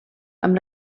amb